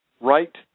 right